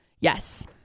yes